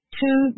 two